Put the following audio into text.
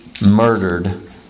murdered